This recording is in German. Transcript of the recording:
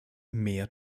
mehr